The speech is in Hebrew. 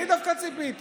אני דווקא ציפיתי